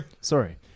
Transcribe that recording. Sorry